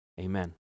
amen